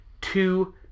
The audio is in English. two